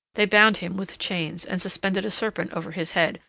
they bound him with chains and suspended a serpent over his head,